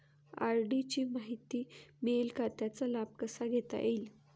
RD ची माहिती मिळेल का, त्याचा लाभ कसा घेता येईल?